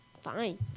Fine